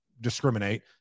discriminate